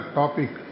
topic